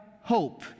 hope